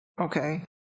Okay